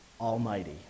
Almighty